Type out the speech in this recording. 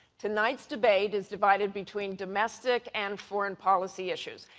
tonight's debate is divided between domestic and foreign policy issues.